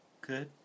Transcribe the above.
Good